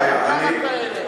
כאלה,